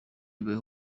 ibahe